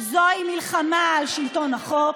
זוהי מלחמה על שלטון החוק,